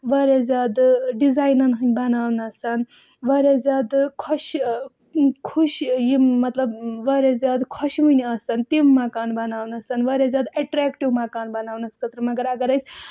واریاہ زیادٕ ڈِزاین ہٕنٛدۍ بَناونَس واریاہ زیادٕ خۄشہِ خُوٚش یِم مطلب واریاہ زیادٕ خۄشوٕنۍ آسَن تِم مَکان بَناونَسَن واریاہ زیادٕ اٮ۪ٹرٛیکٹِو مکان بَناونَس خٲطرٕ مگر اگر أسۍ